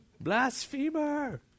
Blasphemer